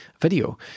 video